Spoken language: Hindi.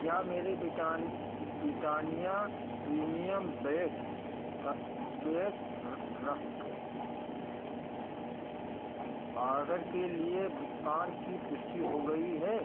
क्या मेरे ब्रिटान ब्रिट्टानिआ प्रीमियम बेक का बेक रस्क ऑर्डर के लिए भुगतान की पुष्टि हो गई है